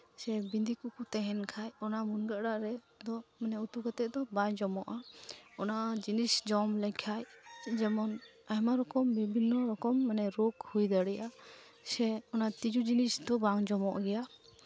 ᱥᱮ ᱵᱤᱸᱫᱤ ᱠᱚᱠᱚ ᱛᱟᱦᱮᱱ ᱠᱷᱟᱡ ᱚᱱᱟ ᱢᱩᱱᱜᱟᱹ ᱟᱲᱟᱜ ᱨᱮᱫᱚ ᱢᱟᱱᱮ ᱩᱛᱩ ᱠᱟᱛᱮᱫ ᱫᱚ ᱵᱟᱭ ᱡᱚᱢᱚᱜᱼᱟ ᱚᱱᱟ ᱡᱤᱱᱤᱥ ᱡᱚᱢ ᱞᱮᱠᱷᱟᱡ ᱡᱮᱢᱚᱱ ᱟᱭᱢᱟ ᱨᱚᱠᱚᱢ ᱵᱤᱵᱷᱤᱱᱱᱚ ᱨᱚᱠᱚᱢ ᱢᱟᱱᱮ ᱨᱳᱜᱽ ᱦᱩᱭ ᱫᱟᱲᱮᱭᱟᱜᱼᱟ ᱥᱮ ᱚᱱᱟ ᱛᱤᱸᱡᱩ ᱡᱤᱱᱤᱥ ᱫᱚ ᱵᱟᱝ ᱡᱚᱢᱚᱜ ᱜᱮᱭᱟ